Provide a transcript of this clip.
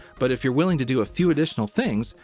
but if you're willing to do a few additional things,